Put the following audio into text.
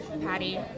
Patty